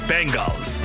Bengals